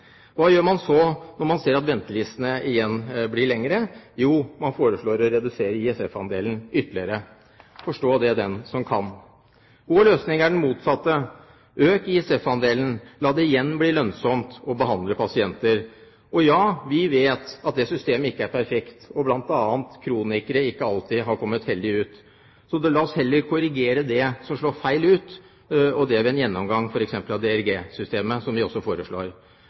Hva gjør man så når man ser at ventelistene igjen blir lengre? Jo, man foreslår å redusere ISF-andelen ytterligere – forstå det den som kan. Vår løsning er den motsatte: Øk ISF-andelen. La det igjen bli lønnsomt å behandle pasienter. Og ja, vi vet at det systemet ikke er perfekt, og at bl.a. kronikere ikke alltid har kommet heldig ut. Men la oss heller korrigere det som slår feil ut, og det ved en gjennomgang f.eks. av DRG-systemet, som vi også foreslår